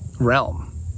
realm